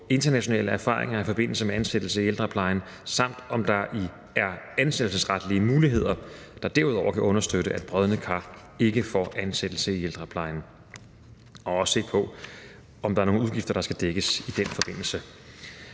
internationale erfaringer i forbindelse med ansættelse i ældreplejen, samt om der er ansættelsesretlige muligheder, der derudover kan understøtte, at brodne kar ikke får ansættelse i ældreplejen. De skal også se på, om der er nogle udgifter, der skal dækkes i den forbindelse.